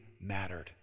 mattered